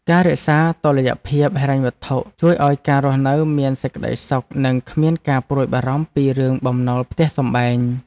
ការរក្សាតុល្យភាពហិរញ្ញវត្ថុជួយឱ្យការរស់នៅមានសេចក្ដីសុខនិងគ្មានការព្រួយបារម្ភពីរឿងបំណុលផ្ទះសម្បែង។